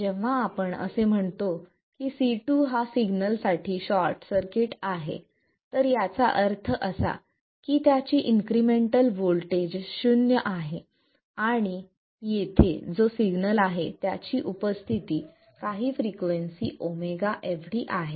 जेव्हा आपण असे म्हणतो की C2 हा सिग्नल साठी शॉर्ट सर्किट आहे तर याचा अर्थ असा की त्याची इन्क्रिमेंटल व्होल्टेज शून्य आहे आणि येथे जो सिग्नल आहे त्याची उपस्थिती काही फ्रिक्वेन्सी ओमेगा एवढी आहे